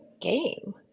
game